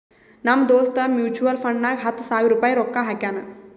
ನಮ್ ದೋಸ್ತ್ ಮ್ಯುಚುವಲ್ ಫಂಡ್ನಾಗ್ ಹತ್ತ ಸಾವಿರ ರುಪಾಯಿ ರೊಕ್ಕಾ ಹಾಕ್ಯಾನ್